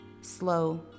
slow